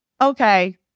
Okay